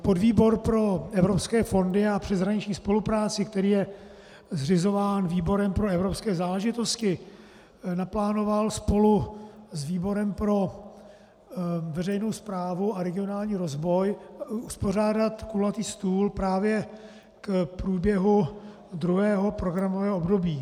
Podvýbor pro evropské fondy a přeshraniční spolupráci, který je zřizován výborem pro evropské záležitosti, naplánoval spolu s výborem pro veřejnou správu a regionální rozvoj uspořádat kulatý stůl právě k průběhu druhého programového období.